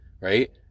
right